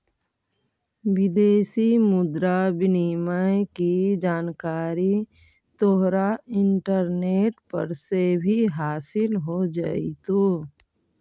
विदेशी मुद्रा विनिमय की जानकारी तोहरा इंटरनेट पर से भी हासील हो जाइतो